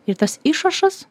ir tas išrašas